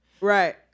right